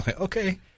okay